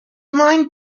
mind